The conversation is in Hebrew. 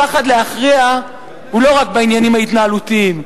הפחד להכריע הוא לא רק בעניינים ההתנהגותיים,